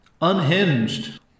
Unhinged